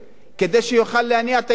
כדי שיוכל להניע את הילדים,